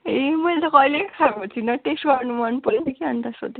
ए मैले त कहिले खाएको छुइनँ टेस्ट गर्नु मनपऱ्यो अन्त कि अन्त सोधेको